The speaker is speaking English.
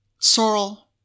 Sorrel